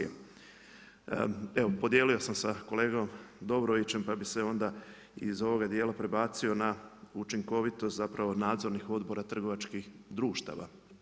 Evo podijelio sam sa kolegom Dobrovićem, pa bi se onda iz ovoga dijela prebacio na učinkovitost zapravo nadzornih odbora trgovačkih društava.